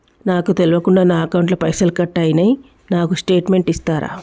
నాకు తెల్వకుండా నా అకౌంట్ ల పైసల్ కట్ అయినై నాకు స్టేటుమెంట్ ఇస్తరా?